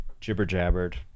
jibber-jabbered